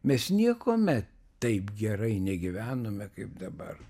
mes niekuomet taip gerai negyvenome kaip dabar